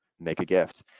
make a gift.